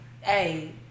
hey